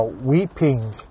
weeping